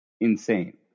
insane